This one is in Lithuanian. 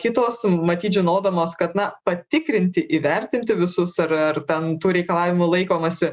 kitos matyt žinodamos kad na patikrinti įvertinti visus ar ar ten tų reikalavimų laikomasi